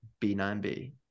B9B